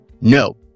no